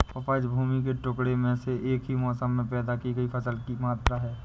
उपज भूमि के टुकड़े में एक ही मौसम में पैदा की गई फसल की मात्रा है